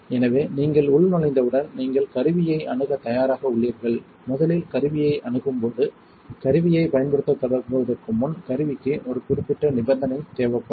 எனவே நீங்கள் உள்நுழைந்தவுடன் நீங்கள் கருவியை அணுகத் தயாராக உள்ளீர்கள் முதலில் கருவியை அணுகும் போது கருவியைப் பயன்படுத்தத் தொடங்குவதற்கு முன் கருவிக்கு ஒரு குறிப்பிட்ட நிபந்தனை தேவைப்படும்